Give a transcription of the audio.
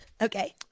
Okay